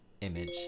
image